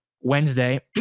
wednesday